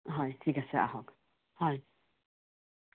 হয় ঠিক আছে আহক হয়